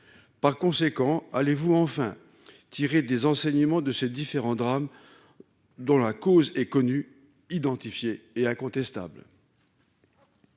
Par conséquent, allez-vous enfin tirer des enseignements de ces différents drames. Dont la cause est connue identifié et incontestable.